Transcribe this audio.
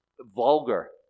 vulgar